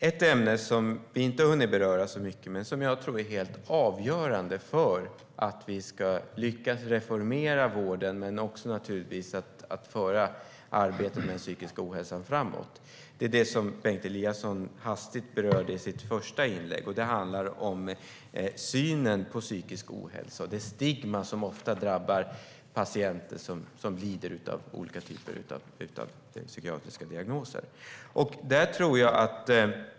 Ett ämne vi inte har berört så mycket men som jag tror är helt avgörande för att vi ska lyckas reformera vården och naturligtvis också föra arbetet i fråga om psykiska ohälsa framåt är det som Bengt Eliasson hastigt berörde i sitt första inlägg. Det handlar om synen på psykisk ohälsa och det stigma som ofta drabbar patienter som lider av olika typer av psykiatriska diagnoser.